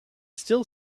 still